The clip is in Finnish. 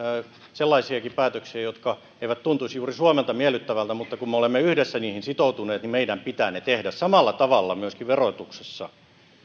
sellaisiakin päätöksiä jotka eivät tuntuisi juuri suomessa miellyttäviltä mutta kun me olemme yhdessä niihin sitoutuneet niin meidän pitää ne tehdä samalla tavalla myöskin verotuksessa